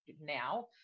now